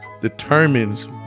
determines